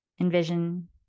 Envision